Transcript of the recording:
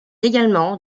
également